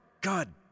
God